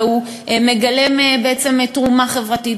והוא מגלם בעצם תרומה חברתית,